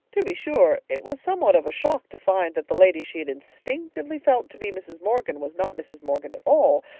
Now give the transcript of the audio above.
to be sure, it was somewhat of a shock to find that the lady she had instinctively felt to be mrs. morgan was not mrs. morgan at all,